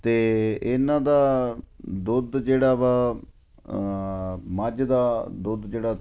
ਅਤੇ ਇਹਨਾਂ ਦਾ ਦੁੱਧ ਜਿਹੜਾ ਵਾ ਮੱਝ ਦਾ ਦੁੱਧ ਜਿਹੜਾ